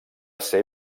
ser